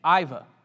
Iva